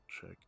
check